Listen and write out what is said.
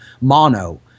mono